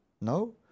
No